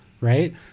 right